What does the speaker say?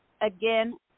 again